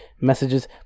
messages